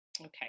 Okay